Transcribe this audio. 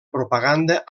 propaganda